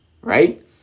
Right